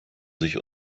sich